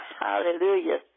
Hallelujah